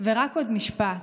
ורק עוד משפט.